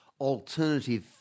alternative